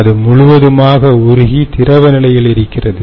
அது முழுவதுமாக உருகி திரவ நிலையில் இருக்கிறது